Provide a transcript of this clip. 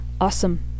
awesome